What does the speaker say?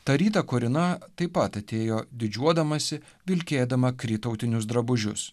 tą rytą korina taip pat atėjo didžiuodamasi vilkėdama kry tautinius drabužius